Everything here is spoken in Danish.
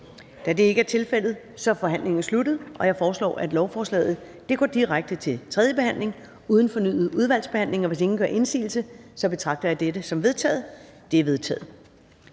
Da det ikke er tilfældet, er forhandlingen sluttet. Jeg foreslår, at lovforslaget går direkte til tredje behandling uden fornyet udvalgsbehandling. Og hvis ingen gør indsigelse, betragter jeg dette som vedtaget. Det er vedtaget.